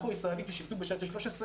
אנחנו הישראלים ששירתו בשייטת 13,